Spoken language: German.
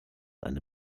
eine